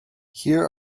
here